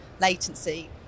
latency